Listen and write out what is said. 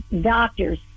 doctors